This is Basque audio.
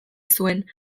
zuen